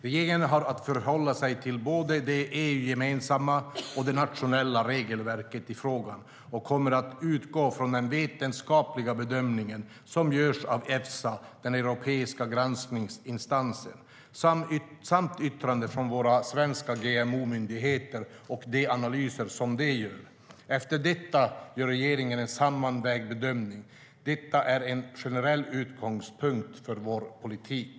Regeringen har att förhålla sig till både det EU-gemensamma och det nationella regelverket i frågan och kommer att utgå från den vetenskapliga bedömningen som görs av Efsa, den europeiska granskningsinstansen, samt yttranden från våra svenska GMO-myndigheter och de analyser som de gör. Efter detta gör regeringen en sammanvägd bedömning. Detta är en generell utgångspunkt för vår politik.